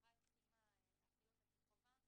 והשרה הסכימה להחיל אותה כחובה